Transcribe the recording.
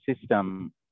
system